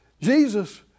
Jesus